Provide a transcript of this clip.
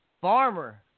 farmer